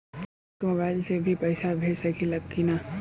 केहू के मोवाईल से भी पैसा भेज सकीला की ना?